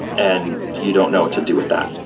and you don't know what to do with that.